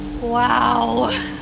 Wow